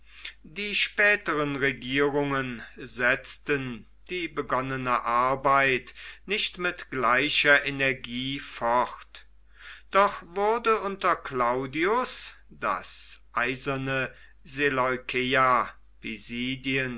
die späteren regierungen setzten die begonnene arbeit nicht mit gleicher energie fort doch wurde unter claudius das eiserne seleukeia